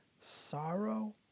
sorrow